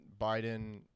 Biden